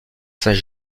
saint